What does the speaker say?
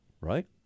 right